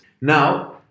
Now